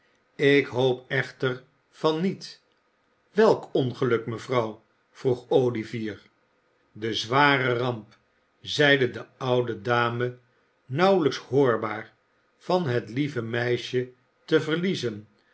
ik hoop echter van niet welk ongeluk mevrouw vroeg olivier de zware ramp zeide de oude dame nauwelijks hoorbaar van het lieve meisje te verliezen